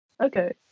Okay